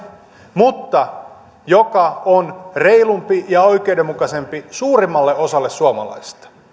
mutta joka on reilumpi ja oikeudenmukaisempi suurimmalle osalle suomalaisista